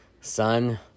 son